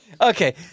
Okay